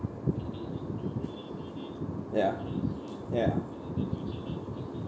ya ya